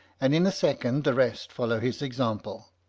and in a second the rest follow his example.